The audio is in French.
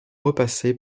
repasser